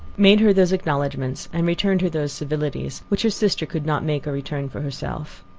made her those acknowledgments, and returned her those civilities, which her sister could not make or return for herself.